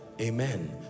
amen